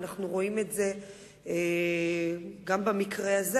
ואנחנו רואים את זה גם במקרה הזה.